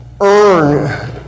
earn